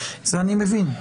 אני מבין,